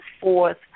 forth